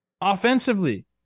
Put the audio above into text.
offensively